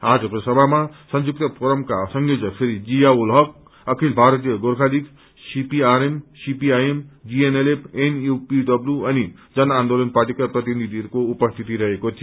आजको सभामा सुयुक्त फोरमका संयोजक Shri Zia ul Haq Akhil Bharatiya Gorkha League CPRM CPIM GNLF NUPW अनि जन आन्दोलन पार्टीका प्रतिनिधिवर्गको उपस्थिति रहेको थियो